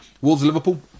Wolves-Liverpool